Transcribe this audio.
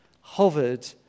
hovered